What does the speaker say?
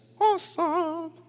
awesome